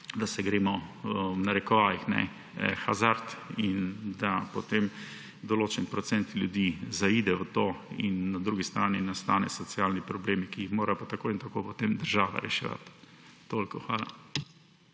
na tem področju »hazard« in da potem določen procent ljudi zaide v to in na drugi strani nastanejo socialni problemi, ki jih mora pa tako ali tako potem država reševati. Toliko, hvala.